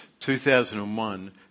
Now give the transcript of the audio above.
2001